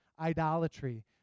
idolatry